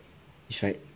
it's fried